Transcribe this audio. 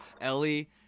ellie